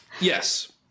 Yes